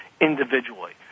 individually